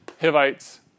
Hivites